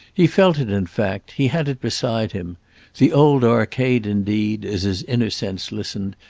he felt it in fact, he had it beside him the old arcade indeed, as his inner sense listened,